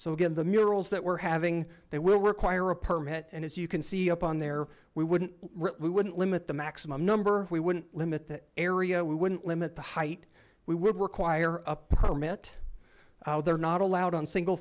so again the murals that we're having that will require a permit and as you can see up on there we wouldn't we wouldn't limit the maximum number we wouldn't limit that area we wouldn't limit the height we would require a permit they're not allowed on single